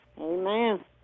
Amen